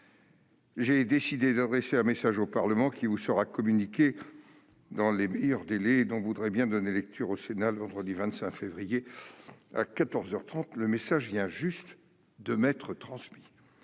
j'ai décidé d'adresser un message au Parlement, qui vous sera communiqué dans les meilleurs délais et dont vous voudrez bien donner lecture au Sénat le vendredi 25 février à quatorze heures trente. » Je vais